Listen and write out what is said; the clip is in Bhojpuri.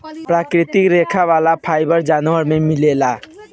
प्राकृतिक रेशा वाला फाइबर जानवर में मिलेला